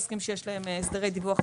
שיש להם הסדרי דיווח מיוחדים.